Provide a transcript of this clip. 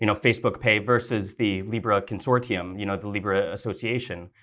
you know facebook pay versus the libra consortium, you know, the libra association?